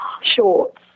shorts